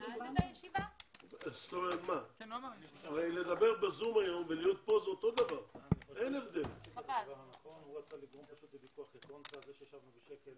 13:30.